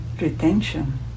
retention